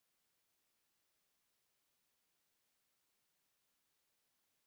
kiitos